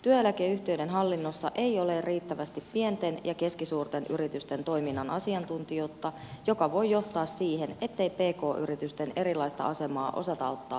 työeläkeyhtiöiden hallinnossa ei ole riittävästi pienten ja keskisuurten yritysten toiminnan asiantuntijuutta mikä voi johtaa siihen ettei pk yritysten erilaista asemaa osata ottaa huomioon